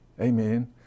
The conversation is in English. Amen